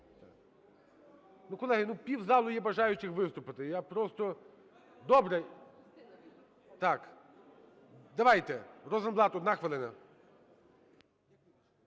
Ну, колеги, ну півзалу є бажаючих виступити. Я просто… Добре. Так, давайте: Розенблат – одна хвилина.